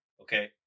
okay